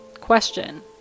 question